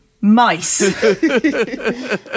mice